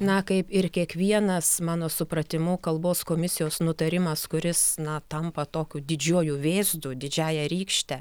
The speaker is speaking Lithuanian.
na kaip ir kiekvienas mano supratimu kalbos komisijos nutarimas kuris tampa tokiu didžiuoju vėzdu didžiąja rykšte